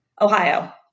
Ohio